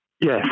Yes